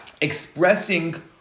expressing